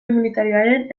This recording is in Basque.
immunitarioaren